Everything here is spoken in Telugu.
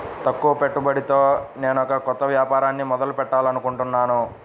తక్కువ పెట్టుబడితో నేనొక కొత్త వ్యాపారాన్ని మొదలు పెట్టాలనుకుంటున్నాను